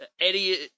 Eddie